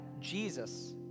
Jesus